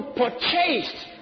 purchased